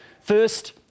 First